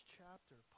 chapter